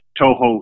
Toho